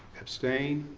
abstain?